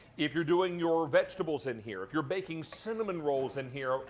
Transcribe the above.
if you're doing your vegetables in here. if you're baking cinnamon rolls in here,